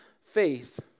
faith